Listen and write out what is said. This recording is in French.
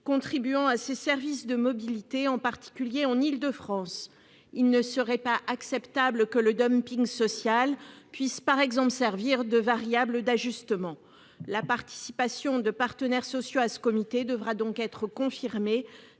contribuant à ces services de mobilité, en particulier en Île-de-France. Il ne serait pas acceptable, par exemple, que le dumping social puisse servir de variable d'ajustement. La participation de partenaires sociaux à ce comité devra être confirmée